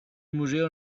museo